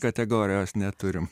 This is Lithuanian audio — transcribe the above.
kategorijos neturim